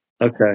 Okay